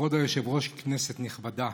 כבוד היושב-ראש, כנסת נכבדה,